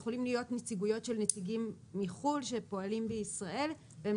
יכולים להיות נציגויות של נציגים מחוץ לארץ שפועלים בישראל והם